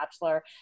Bachelor